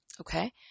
Okay